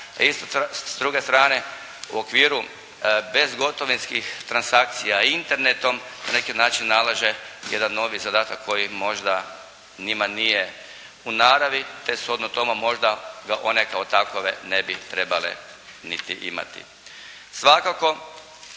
s druge strane u okviru bezgotovinskih transakcija internetom na neki način nalaže jedan novi zadatak koji možda njima nije u naravi te shodno tome možda da one kao takove ne bi trebale niti imati.